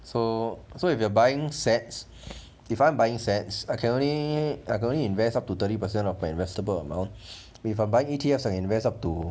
so so if you are buying sets if I'm buying sets I can only I can only invest up to thirty percent of my investable amount if I buy E_T_F I will invest up to